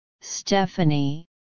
Stephanie